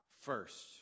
first